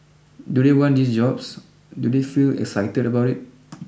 do they want these jobs do they feel excited about it